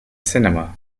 cinema